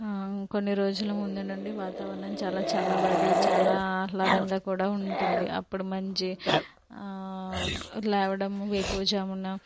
ఆ కొన్ని రోజుల ముందు నుండి వాతావరణం చాలా చల్లబడి చాలా ఆహ్లాదంగా కూడ ఉంటుంది అప్పుడు మంచి ఆ లేవడము వేకువజామున